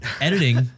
editing